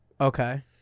Okay